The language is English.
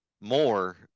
more